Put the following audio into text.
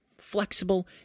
flexible